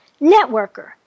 networker